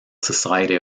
society